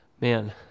Man